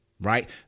Right